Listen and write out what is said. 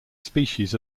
species